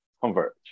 Converge